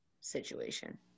situation